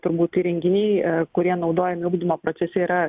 turbūt įrenginiai kurie naudojami ugdymo procese yra